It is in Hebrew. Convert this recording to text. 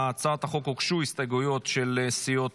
להצעת החוק הוגשו הסתייגויות של סיעות,